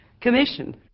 commission